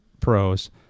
pros